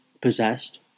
possessed